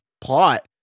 plot